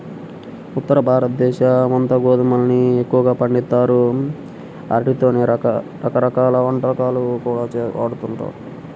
ఉత్తరభారతదేశమంతా గోధుమల్ని ఎక్కువగా పండిత్తారు, ఆటితోనే రకరకాల వంటకాలు కూడా వండుతారు